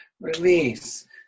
Release